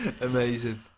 Amazing